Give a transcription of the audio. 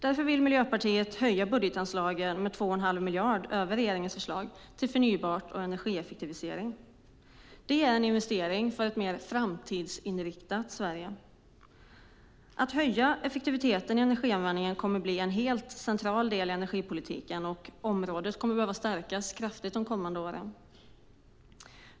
Därför vill Miljöpartiet höja budgetanslagen med 2 1⁄2 miljard mer än regeringen föreslår i fråga om förnybart och energieffektivisering - en investering för ett mer framtidsinriktat Sverige. Att höja effektiviteten i energianvändningen kommer att bli en helt central del av energipolitiken, och området kommer att behöva stärkas kraftigt under de kommande åren.